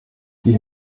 die